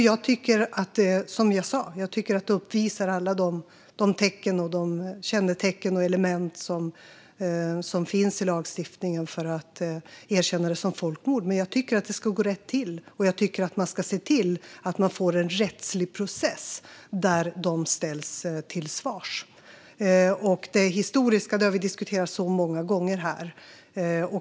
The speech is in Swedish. Jag tycker som sagt att det uppvisar alla kännetecken och element som finns i lagstiftningen för att erkännas som folkmord. Men det ska gå rätt till. Man ska se till att få en rättslig process där de ställs till svars. Det historiska har vi diskuterat många gånger här.